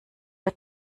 der